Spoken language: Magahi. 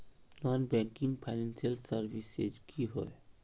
नॉन बैंकिंग फाइनेंशियल सर्विसेज की होय?